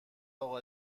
اقا